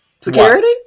Security